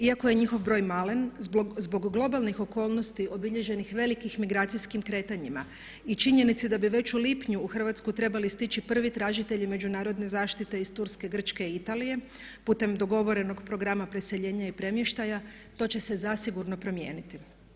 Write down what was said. Iako je njihov broj malen zbog globalnih okolnosti obilježenih velikih migracijskim kretanjima i činjenici da bi već u lipnju u Hrvatsku trebali stići prvi tražitelji međunarodne zaštite iz Turske, Grčke i Italije putem dogovorenog programa preseljenja i premještaja to će se zasigurno promijeniti.